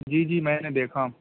جی جی میں نے دیکھا